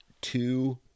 two